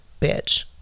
bitch